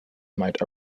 might